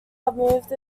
removed